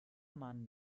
mann